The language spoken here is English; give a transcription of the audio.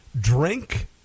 drink